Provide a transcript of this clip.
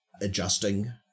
adjusting